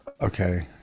Okay